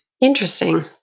Interesting